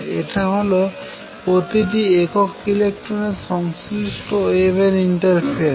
এটা হল প্রতিটি একক ইলেকট্রনের সংশ্লিষ্ট ওয়েভের ইন্টারফেরেন্স